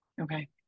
Okay